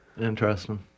interesting